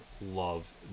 love